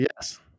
yes